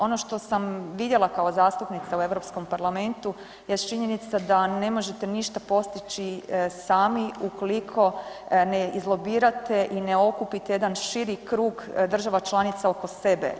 Ono što sam vidjela kao zastupnica u Europskom parlamentu jest činjenica da ne možete ništa postići sami ukoliko ne izlobirate i ne okupite jedan širi krug država članica oko sebe.